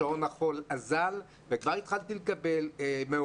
שעון החול וכבר התחלתי לקבל פניות